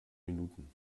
minuten